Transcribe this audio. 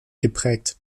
geprägt